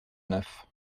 neuf